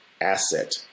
asset